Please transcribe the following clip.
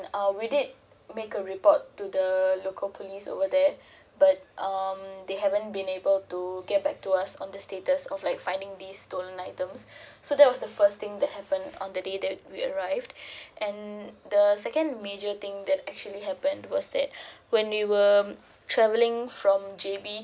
uh we did make a report to the local police over there but um they haven't been able to get back to us on the status of like finding the stolen items so that was the first thing that happened on the day that we arrived and the second major thing that actually happened was that when we were traveling from J_B